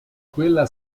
quella